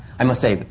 i must say,